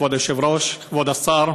כבוד היושב-ראש, כבוד השר,